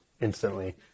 instantly